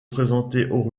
présenter